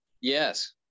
Yes